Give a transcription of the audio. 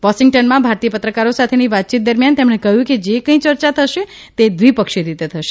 વોશિંગ્ટનમાં ભારતીય પત્રકારો સાથેની વાતચીત દરમિયાન તેમણે કહ્યું કે જે કંઇ ચર્ચા થશે તે દ્વિપક્ષી રીતે થશે